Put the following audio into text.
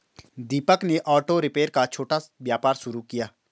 दीपक ने auto repair का छोटा व्यापार शुरू किया